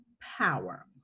power